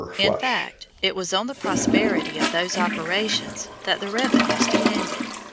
in fact, it was on the prosperity of those operations that the revenues depended.